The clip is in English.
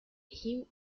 him